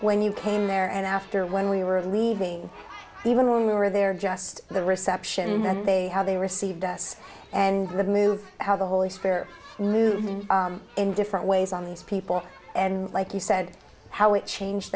when you came there and after when we were leaving even when we were there just the reception how they received us and the mood how the holy spirit movement in different ways on these people and like you said how it changed